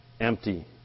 empty